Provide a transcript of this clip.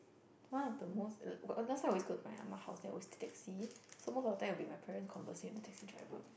one of the most l~ last time always go to my ah ma house then always take taxi so most of the time will be my parents conversing with the taxi driver